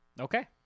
Okay